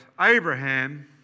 Abraham